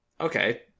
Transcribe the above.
Okay